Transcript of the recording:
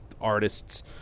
artists